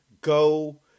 Go